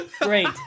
great